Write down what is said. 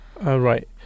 Right